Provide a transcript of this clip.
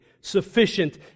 sufficient